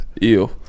Ew